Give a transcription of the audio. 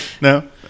No